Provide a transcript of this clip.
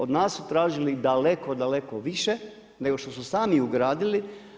Od nas su tražili daleko, daleko više nego što su sami ugradili.